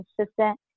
consistent